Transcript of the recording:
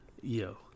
yo